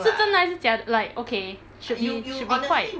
是真的还是假 like okay should be should be quite